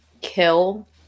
kill